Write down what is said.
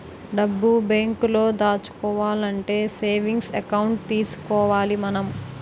డబ్బు బేంకులో దాచుకోవాలంటే సేవింగ్స్ ఎకౌంట్ తీసుకోవాలి మనం